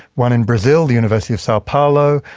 one in brazil the university of sao paulo,